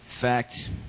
fact